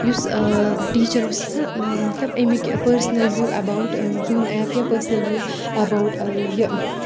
یُس ٹیٖچَر اوس آسان مَطلب امِکۍ personal view about Zoom app یا پٔرسَنَل وِیِو ایٚباؤُٹ یہِ